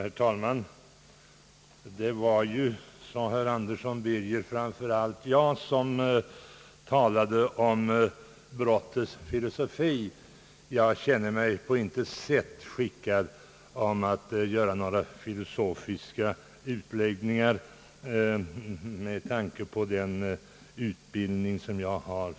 Herr talman! Herr Birger Andersson sade, att det framför allt var jag som talade om »brottets filosofi». Jag känner mig på intet sätt skickad att göra några filosofiska utläggningar, med tanke på den utbildning som jag har